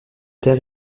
terre